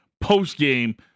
post-game